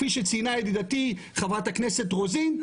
כפי שציינה ידידתי חברת הכנסת רוזין.